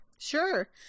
Sure